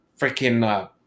freaking